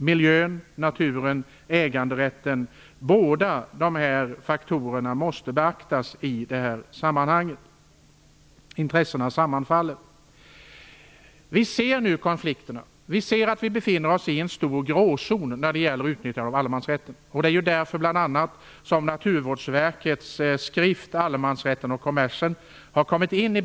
Både naturen och äganderätten måste beaktas i det här sammanhanget. De intressena sammanfaller. Vi ser nu konflikterna. Vi ser att vi befinner oss i en stor gråzon när det gäller utnyttjandet av allemansrätten. Det är bl.a. därför som Naturvårdsverkets skrift Allemansrätten och kommersen har kommit till.